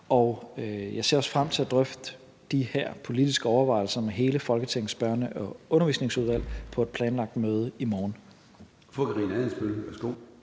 Og jeg ser også frem til at drøfte de her politiske overvejelser med hele Folketingets Børne- og Undervisningsudvalg på et planlagt møde i morgen.